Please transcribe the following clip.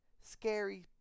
scary